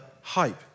hype